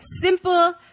simple